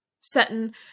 setting